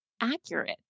accurate